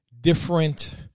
different